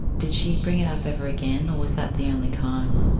did she bring it up ever again, or was that the only time?